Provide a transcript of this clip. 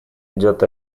идет